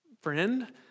friend